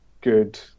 good